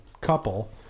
couple